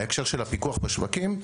בהקשר של הפיקוח בשווקים,